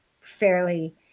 fairly